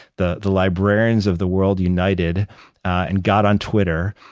the the librarians of the world united and got on twitter,